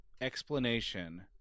explanation